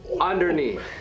underneath